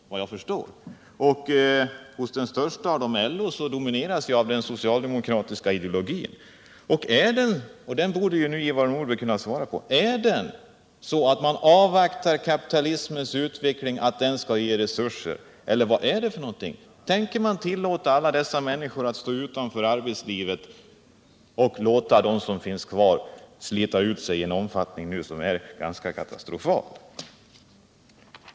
Den största av organisationerna, LO, domineras ju av den socialdemokratiska ideologin, och Ivar Nordberg borde nu kunna svara på frågan: Är det så att man avvaktar kapitalismens utveckling — att den skall ge resurser — eller vad är det för någonting? Tänker man tillåta alla dessa människor att stå utanför arbetslivet och låta dem som finns kvar slita ut sig i en omfattning som är ganska katastrofal?